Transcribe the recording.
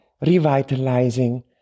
revitalizing